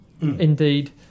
indeed